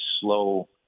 slow